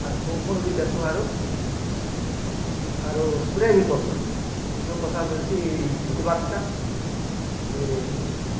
ଆର୍ ପୋକ୍ ଗୁଣ ବି ଦେସୁଁ ଆରୁ ସ୍ପ୍ରେ ବି କରସୁଁ ଗୁଟି ଉଷୁ କସା ବୋଲସି ଝିଟବାର୍ ଟା ସେ